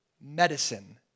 medicine